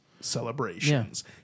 celebrations